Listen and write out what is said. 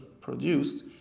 produced